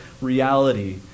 reality